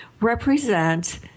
represent